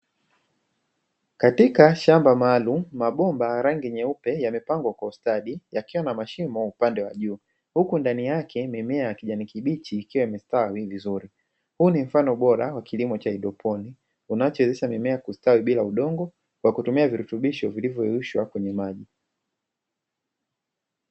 Katika shamba maalumu, mabomba ya rangi nyeupe yamepangwa kwa ustadi yakiwa na mashimo upande wa juu, huku ndani yake mimea ya kijani kibichi ikiwa imestawi vizuri. Huu ni mfano bora wa kilimo cha haidroponi kinachowezesha mimea kustawi bila udongo kwa kutumia virutubisho vilivyoyeyushwa kwenye maji.